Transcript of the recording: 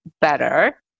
better